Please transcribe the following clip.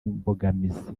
mbogamizi